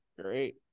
Great